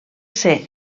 ser